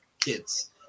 kids